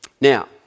Now